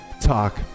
Talk